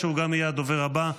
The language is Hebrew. שהוא גם יהיה הדובר הבא,